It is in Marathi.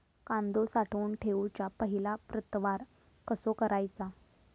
कांदो साठवून ठेवुच्या पहिला प्रतवार कसो करायचा?